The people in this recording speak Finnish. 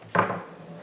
raha